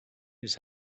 his